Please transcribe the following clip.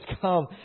come